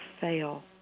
fail